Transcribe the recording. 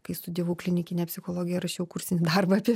kai studijavau klinikinę psichologę rašiau kursinį darbą apie